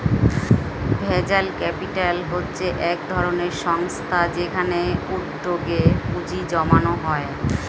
venture capital হচ্ছে একধরনের সংস্থা যেখানে উদ্যোগে পুঁজি জমানো হয়